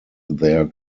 their